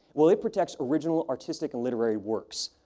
well, it protects original artistic and literary works,